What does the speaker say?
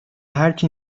هرکی